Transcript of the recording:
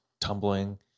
tumbling